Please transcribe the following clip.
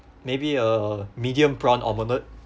maybe a medium prawn omelette